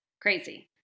Crazy